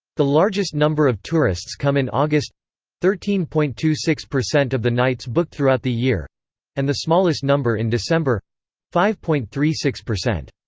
the largest number of tourists come in august thirteen point two six percent of the nights booked throughout the year and the smallest number in december five point three six percent.